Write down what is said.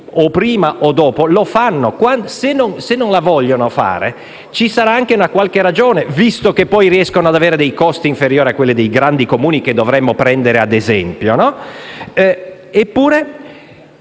prima o poi lo fanno; se non lo vogliono fare, vi sarà anche una qualche ragione, visto che riescono ad avere costi inferiori a quelli dei grandi Comuni che dovrebbero prendere ad esempio.